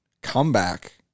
comeback